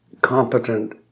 competent